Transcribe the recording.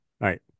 right